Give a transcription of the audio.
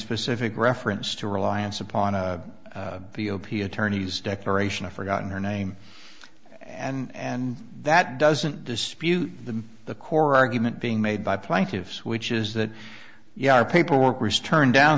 specific reference to reliance upon a v o p attorney's declaration of forgotten her name and that doesn't dispute the the core argument being made by plaintiffs which is that yeah our paperwork was turned down